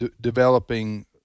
developing